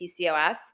PCOS